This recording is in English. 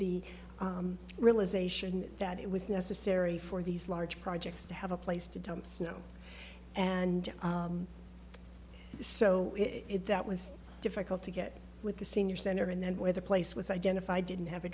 the realization that it was necessary for these large projects to have a place to dump snow and so that was difficult to get with the senior center and then where the place was identified didn't have a